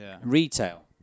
retail